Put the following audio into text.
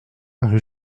rue